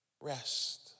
rest